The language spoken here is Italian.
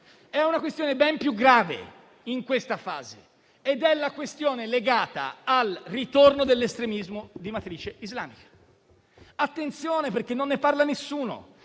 è una questione ben più grave in questa fase ed è legata al ritorno dell'estremismo di matrice islamica. Facciamo attenzione, perché non ne parla nessuno,